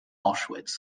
auschwitz